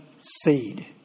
seed